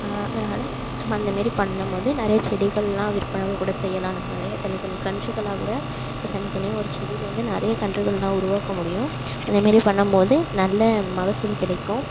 அதனால் நம்ம அந்தமாதிரி பண்ணும் போது நிறைய செடிகள்லாம் விற்பனை கூட செய்யலாம் நம்மளே தனித்தனி கன்றுகளாக கூட தனித்தனியாக ஒரு செடிலேயிருந்து நிறைய கன்றுகள்லாம் உருவாக்க முடியும் அதேமாதிரி பண்ணும் போது நல்ல மகசூல் கிடைக்கும்